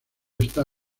está